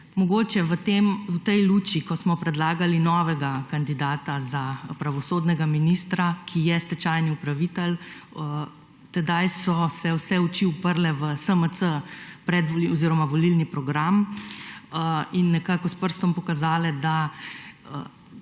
Mogoče v tej luči, ko smo predlagali novega kandidata za pravosodnega ministra, ki je stečajni upravitelj tedaj so se vse oči uprle v SMC oziroma volilni program in nekako s prstom pokazale, da